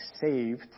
saved